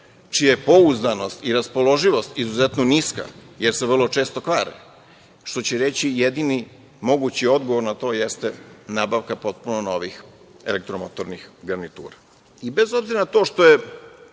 čija je pouzdanost i raspoloživost izuzetno niska, jer se vrlo često kvare, što će reći, jedini mogući odgovor na to jeste nabavka potpuno novih elektromotornih garnitura. Bez obzira na to što su